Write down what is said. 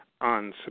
On